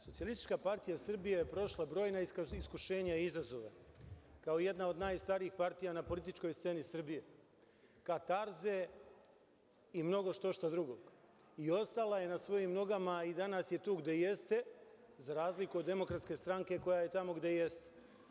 Socijalistička partija Srbije je prošla brojna iskušenja i izazove kao jedna od najstarijih partija na političkoj sceni Srbije, katarze i mnogo štošta drugo i ostala je na svojim nogama i danas je tu gde jeste za razliku od DS koja je tamo gde jeste.